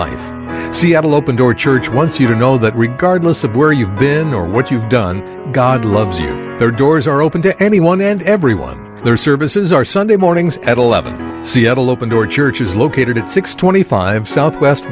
like seattle open door church once you are no but regardless of where you've been or what you've done god loves you there doors are open to anyone and everyone their services are sunday mornings at eleven seattle open door church is located at six twenty five south west